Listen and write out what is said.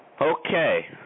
Okay